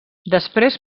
després